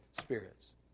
spirits